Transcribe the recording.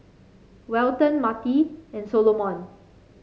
Welton Matie and Solomon